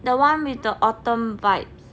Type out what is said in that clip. the one with the autumn vibes